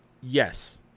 yes